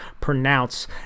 pronounce